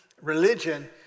religion